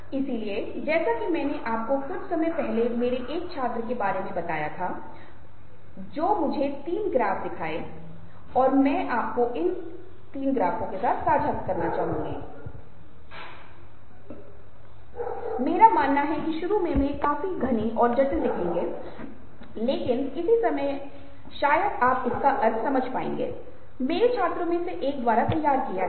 इसलिए यदि आप उसके चेहरे की अभिव्यक्ति हावभाव मुद्राओं और उस तरह के विचारों के माध्यम से उसके बारे में थोड़ा और समझने में सक्षम हैं तो शायद आपका निर्णय लेना और साथ ही साथ आपके संचार को इससे लाभ होगा